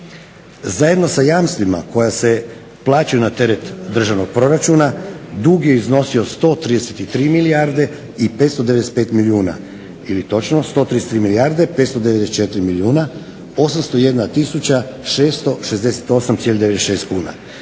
Zajedno sa jamstvima koja se plaćaju na teret državnog proračuna dug je iznosio 133 milijarde i 595 milijuna ili točno 133 milijarde 594 milijuna 801 tisuća 668